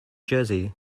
jersey